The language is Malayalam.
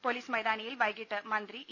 പോലീസ് മൈതാനിയിൽ വൈകീട്ട് മന്ത്രി ഇ